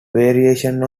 variation